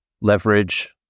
Leverage